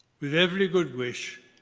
with every good wish,